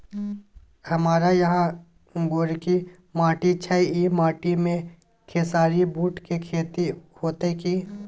हमारा यहाँ गोरकी माटी छै ई माटी में खेसारी, बूट के खेती हौते की?